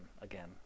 again